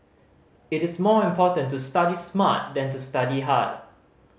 it is more important to study smart than to study hard